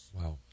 Wow